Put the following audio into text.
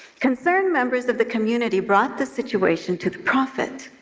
concerned members of the community brought the situation to the prophet,